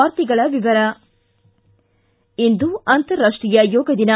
ವಾರ್ತೆಗಳ ವಿವರ ಇಂದು ಅಂತಾರಾಷ್ಟೀಯ ಯೋಗ ದಿನ